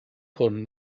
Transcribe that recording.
hwn